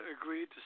agreed